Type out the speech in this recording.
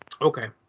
okay